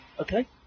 Okay